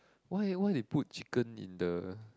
why why they put chicken in the